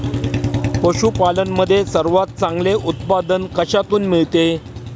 पशूपालन मध्ये सर्वात चांगले उत्पादन कशातून मिळते?